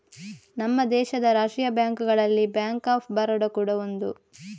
ನಮ್ಮ ದೇಶದ ರಾಷ್ಟೀಯ ಬ್ಯಾಂಕುಗಳಲ್ಲಿ ಬ್ಯಾಂಕ್ ಆಫ್ ಬರೋಡ ಕೂಡಾ ಒಂದು